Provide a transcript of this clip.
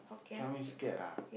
Kia means scared ah